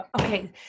Okay